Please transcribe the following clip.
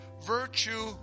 virtue